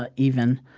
ah even,